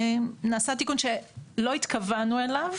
נעשה תיקון שלא התכוונו אליו,